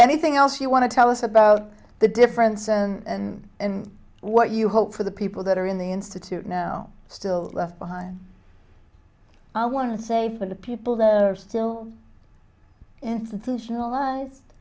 anything else you want to tell us about the difference and what you hope for the people that are in the institute now still left behind i want to say for the people that are still institutionalized